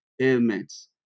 ailments